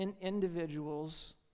individuals